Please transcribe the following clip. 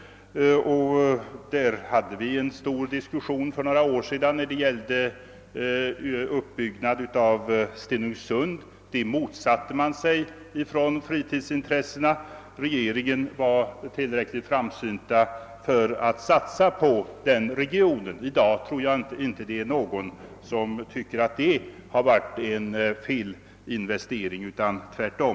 Vi hade en stor diskussion för några år sedan när det gällde uppbyggnaden av Stenungsund. Denna motsatte sig fritidsintressenas förespråkare, men regeringen var tillräckligt framsynt för att satsa på regionen. I dag tror jag inte att det finns någon som tycker att det har varit en felinvestering, tvärtom.